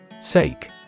Sake